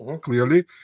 clearly